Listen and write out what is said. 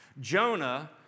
Jonah